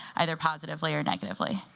either positively or negatively?